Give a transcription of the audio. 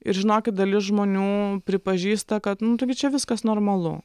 ir žinokit dalis žmonių pripažįsta kad nu taigi čia viskas normalu